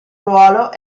ruolo